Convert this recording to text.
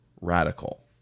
radical